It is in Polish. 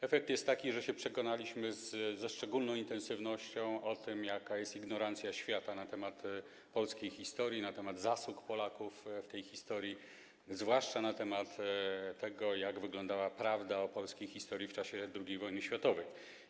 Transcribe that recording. Efekt jest taki, że się przekonaliśmy ze szczególną intensywnością o tym, jaka jest ignorancja świata na temat polskiej historii, na temat zasług Polaków w tej historii, zwłaszcza na temat tego, jak wygląda prawda o polskiej historii w czasie II wojny światowej.